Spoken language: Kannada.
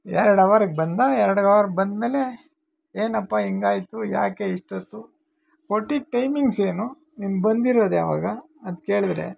ಎರಡು ಅವರಿಗೆ ಬಂದ ಎರಡು ಅವರ್ ಬಂದಮೇಲೆ ಏನಪ್ಪಾ ಹಿಂಗಾಯ್ತು ಯಾಕೆ ಇಷ್ಟೊತ್ತು ಕೊಟ್ಟಿದ್ದ ಟೈಮಿಂಗ್ಸ್ ಏನು ನೀನು ಬಂದಿರೋದು ಯಾವಾಗ ಅಂತ ಕೇಳಿದ್ರೆ